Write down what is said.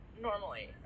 normally